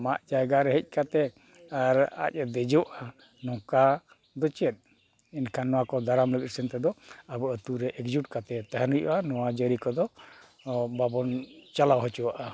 ᱟᱢᱟᱜ ᱡᱟᱭᱜᱟ ᱨᱮ ᱦᱮᱡ ᱠᱟᱛᱮᱫ ᱟᱨ ᱟᱡ ᱮ ᱫᱮᱡᱚᱜᱼᱟ ᱱᱚᱝᱠᱟ ᱫᱚ ᱪᱮᱫ ᱮᱱᱠᱷᱟᱱ ᱱᱚᱣᱟ ᱠᱚ ᱫᱟᱨᱟᱢ ᱞᱟᱹᱜᱤᱫ ᱥᱮᱱᱛᱮᱫᱚ ᱟᱵᱚ ᱟᱹᱛᱳᱨᱮ ᱮᱠ ᱡᱩᱴ ᱠᱟᱛᱮᱫ ᱛᱟᱦᱮᱱ ᱦᱩᱭᱩᱜᱼᱟ ᱱᱚᱣᱟ ᱡᱟᱹᱨᱤ ᱠᱚᱫᱚ ᱵᱟᱵᱚᱱ ᱪᱟᱞᱟᱣ ᱦᱚᱪᱚᱣᱟᱜᱼᱟ